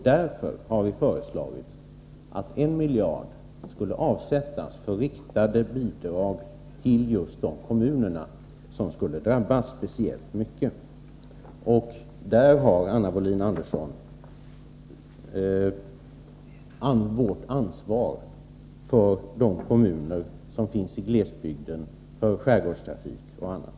Därför har vi föreslagit att en miljard skulle avsättas för riktade bidrag till de kommuner som skulle drabbas speciellt mycket. Här, Anna Wohlin Andersson, visar vi vårt ansvar för de kommuner som finns i glesbygden, för skärgårdstrafik och annat.